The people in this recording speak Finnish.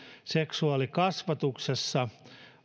seksuaalikasvatuksessa